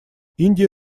индия